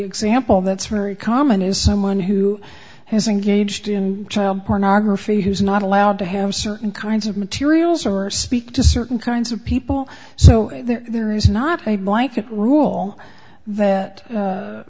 see ample that's very common is someone who has engaged in child pornography who is not allowed to have certain kinds of materials or speak to certain kinds of people so there is not a blanket rule that